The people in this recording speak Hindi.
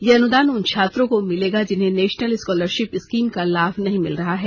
यह अनुदान उन छात्रों को मिलेगा जिन्हें नेशनल स्कॉलरशिप स्कीम का लाभ नहीं मिल रहा है